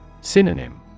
Synonym